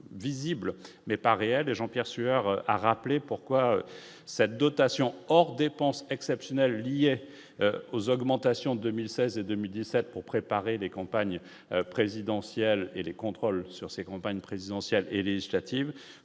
mais pas et Jean-Pierre Sueur a rappelé pourquoi cette dotation hors dépenses exceptionnelles liées aux augmentations 2016 et 2017 pour préparer les campagnes présidentielles et les contrôles sur ces campagnes présidentielles et législatives